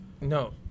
No